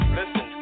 listen